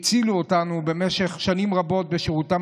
הם הצילו אותנו במשך שנים רבות בשרותם